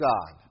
God